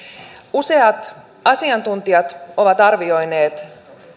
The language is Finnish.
useat asiantuntijat ovat arvioineet